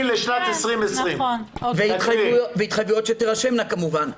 לשנת 2020. והתחייבויות שתרשמנה כמובן.